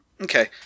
Okay